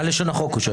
מה לשון החוק?